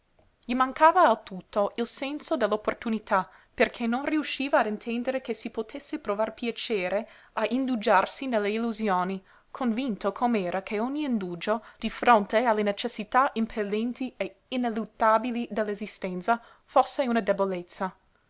gli mancava al tutto il senso dell'opportunità perché non riusciva a intendere che si potesse provar piacere a indugiarsi nelle illusioni convinto com'era che ogni indugio di fronte alle necessità impellenti e ineluttabili dell'esistenza fosse una debolezza